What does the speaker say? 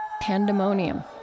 pandemonium